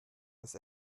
was